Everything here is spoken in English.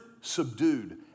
subdued